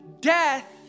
death